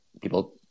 people